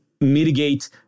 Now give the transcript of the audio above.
mitigate